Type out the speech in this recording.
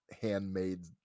handmade